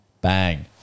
bang